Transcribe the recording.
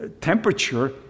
temperature